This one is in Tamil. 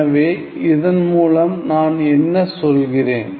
எனவே இதன் மூலம் நான் என்ன சொல்கிறேன்